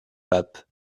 pape